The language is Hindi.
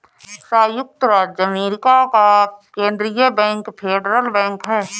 सयुक्त राज्य अमेरिका का केन्द्रीय बैंक फेडरल बैंक है